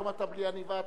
היום אתה בלי עניבה,